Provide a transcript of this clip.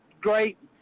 great